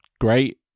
great